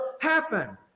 happen